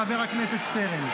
חבר הכנסת שטרן.